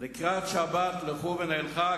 "לקראת שבת לכו ונלכה,